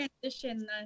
transition